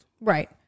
Right